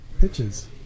pitches